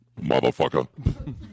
Motherfucker